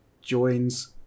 joins